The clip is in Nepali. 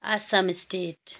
आसाम स्टेट